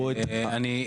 אני,